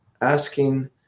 asking